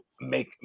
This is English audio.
make